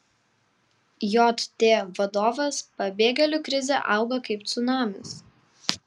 jt vadovas pabėgėlių krizė auga kaip cunamis